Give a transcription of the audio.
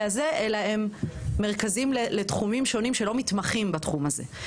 הזה אלא הם מרכזים לתחומים שונים שלא מתמחים בתחום הזה.